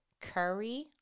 Curry